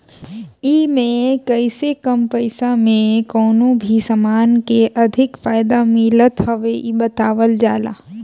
एमे कइसे कम पईसा में कवनो भी समान के अधिक फायदा मिलत हवे इ बतावल जाला